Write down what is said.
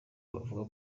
avuga